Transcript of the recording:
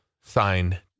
Signed